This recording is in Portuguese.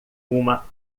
uma